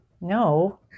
No